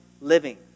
living